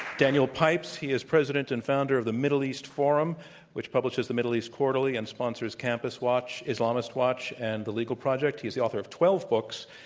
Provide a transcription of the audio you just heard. daniel pipes. he is president and founder of the middle east forum which publishes the middle east quarterly and sponsors campus watch, islamist watch and the legal project. he's the author of twelve books.